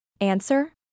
Answer